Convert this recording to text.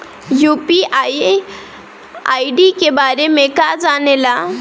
UPI ID के बारे में का जाने ल?